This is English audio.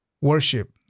worship